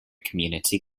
community